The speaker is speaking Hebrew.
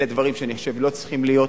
ואלה דברים שלא צריכים להיות.